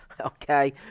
okay